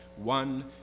One